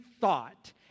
thought